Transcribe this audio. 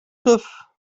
griff